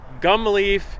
Gumleaf